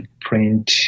print